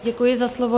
Děkuji za slovo.